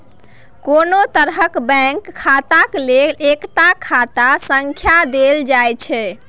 कोनो तरहक बैंक खाताक लेल एकटा खाता संख्या देल जाइत छै